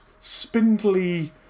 spindly